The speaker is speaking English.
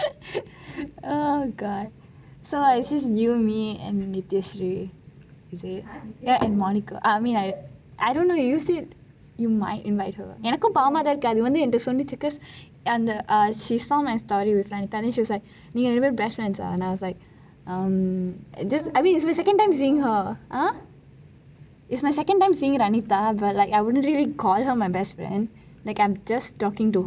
O god so it is just you me and nityashree is it and monica I mean I dunno you said you might invite her எனக்கும் பாவமாக இருந்தச்சு அது வந்து என்னிடம் சொன்னச்சு:enakkum paavamaka irunthachu athu vanthu ennidam sonachu she saw my story with vanitha then she was like நீங்க இரண்டு பேரும்:ninka irandu perum best friends ah and I was like is my second time seeing her !huh! it is my second time seeing her but I wouldn't really call her my best friend like I am just talking to her